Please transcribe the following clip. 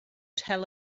tell